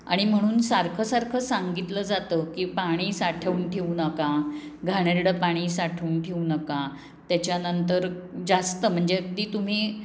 आणि म्हणून सारखं सारखं सांगितलं जातं की पाणी साठवून ठेवू नका घाणेरडं पाणी साठवून ठेऊ नका त्याच्यानंतर जास्त म्हणजे अगदी तुम्ही